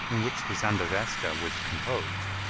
in which the zendavesta was composed,